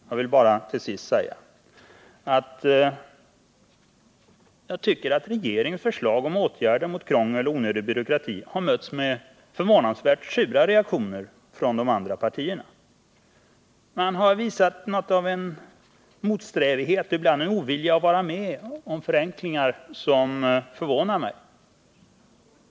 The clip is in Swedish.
Jag vill till sist säga att jag tycker att regeringens förslag till åtgärder mot krångel och onödig byråkrati har mötts med förvånansvärt syrliga reaktioner från de andra partierna. Man har visat en motsträvighet och ibland en ovilja att vara med om förenklingar som förvånar mig.